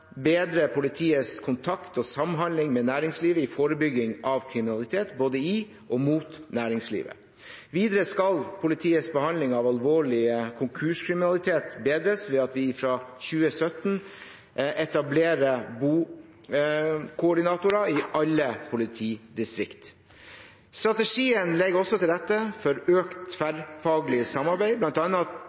bedre politiets kontakt og samhandling med næringslivet i forebygging av kriminalitet både i og mot næringslivet. Videre skal politiets behandling av alvorlig konkurskriminalitet bedres ved at vi fra 2017 etablerer bokoordinatorer i alle politidistrikt. Strategien legger også til rette for økt tverrfaglig samarbeid.